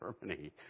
Germany